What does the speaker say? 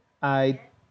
I